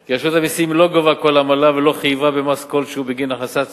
כי רשות המסים לא גובה כל עמלה ולא חייבה במס כלשהו בגין הכנסת